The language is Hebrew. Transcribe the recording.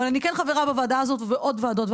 אבל אני כן חברה בוועדה הזאת ובעוד וועדות,